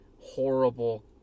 horrible